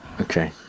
Okay